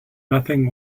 nothing